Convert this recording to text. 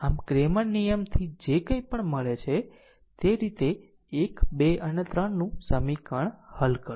આમ ક્રેમર નિયમ થી જે કંઇ અહીં મળે તે રીતે 1 2 અને 3 નું સમીકરણ હલ કરો